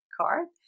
card